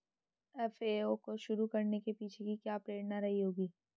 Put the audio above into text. FAO को शुरू करने के पीछे की क्या प्रेरणा रही होगी?